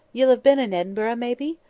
ye'll have been in edinburgh, maybe?